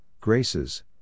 graces